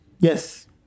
Yes